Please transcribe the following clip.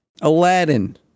Aladdin